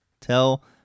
Tell